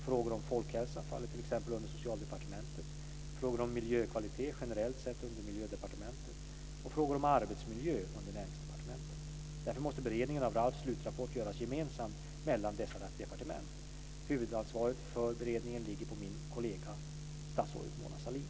Frågor om folkhälsa faller t.ex. under Socialdepartementet, frågor om miljökvalitet generellt under Miljödepartementet och frågor om arbetsmiljö under Näringsdepartementet. Därför måste beredningen av RALF:s slutrapport göras gemensamt mellan dessa departement. Huvudansvaret för beredningen ligger på min kollega, statsrådet Mona Sahlin.